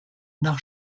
nach